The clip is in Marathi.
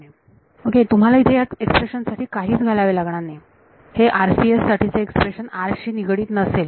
विद्यार्थी तुम्हाला इथे ह्या एक्सप्रेशन साठी काहीच घालावे लागणार नाही हे RCS साठीचे एक्स्प्रेशन r शी निगडित नसेल